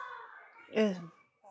yeah